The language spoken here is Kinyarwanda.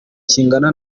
kingana